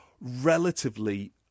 relatively